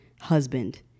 husband